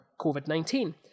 COVID-19